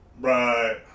Right